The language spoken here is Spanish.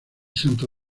santo